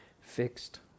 fixed